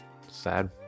Sad